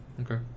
Okay